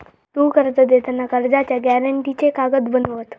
तु कर्ज देताना कर्जाच्या गॅरेंटीचे कागद बनवत?